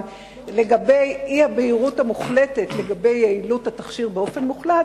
לגבי האי-בהירות של יעילות התכשיר באופן מוחלט,